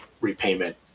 repayment